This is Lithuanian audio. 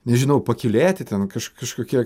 nežinau pakylėti ten kaž kažkokie